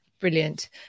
Brilliant